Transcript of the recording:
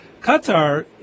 Qatar